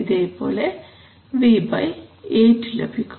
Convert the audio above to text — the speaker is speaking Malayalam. ഇതേപോലെ V8 ലഭിക്കും